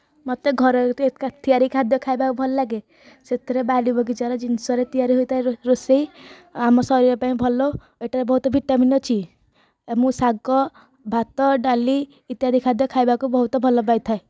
ମୋତେ ଘରୋଇ ତିଆରି ଖାଦ୍ୟ ଖାଇବାକୁ ଭଲ ଲାଗେ ସେଥିରେ ବାଡ଼ି ବଗିଚାର ଜିନିଷରେ ତିଆରି ହୋଇଥାଏ ରୋଷେଇ ଆମ ଶରୀର ପାଇଁ ଭଲ ଏଇଟାରେ ବହୁତ ଭିଟାମିନ୍ ଅଛି ମୁଁ ଶାଗ ଭାତ ଡାଲି ଇତ୍ୟାଦି ଖାଦ୍ୟ ଖାଇବାକୁ ବହୁତ ଭଲ ପାଇଥାଏ